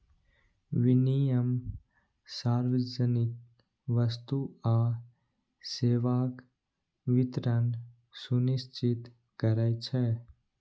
विनियम सार्वजनिक वस्तु आ सेवाक वितरण सुनिश्चित करै छै